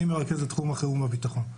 אני מרכז את תחום החירום והביטחון.